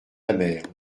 amères